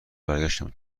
برگشتم